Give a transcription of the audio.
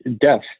death